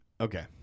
Okay